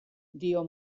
dio